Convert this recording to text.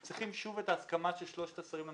צריכים שוב את ההסכמה של שלושת השרים.